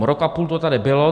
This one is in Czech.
Rok a půl to tady bylo.